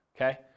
okay